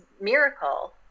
miracle